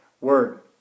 word